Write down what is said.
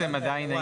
עכשיו.